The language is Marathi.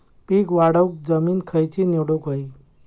पीक वाढवूक जमीन खैची निवडुक हवी?